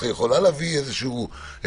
והן מובאות לאישור הוועדה.